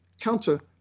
counter